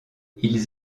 ils